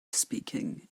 speaking